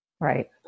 right